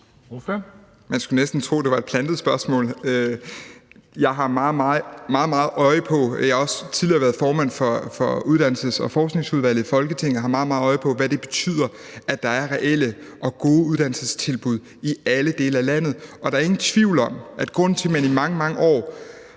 i Folketinget, og jeg har meget, meget øje på, hvad det betyder, at der er reelle og gode uddannelsestilbud i alle dele af landet. Der er ingen tvivl om, at grunden til, at man i mange,